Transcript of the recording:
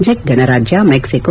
ಜೆಕ್ ಗಣರಾಜ್ಯ ಮೆಕ್ಸೆಕೊ